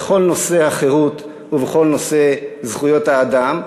בכל נושא החירות ובכל נושא זכויות האדם.